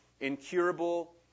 incurable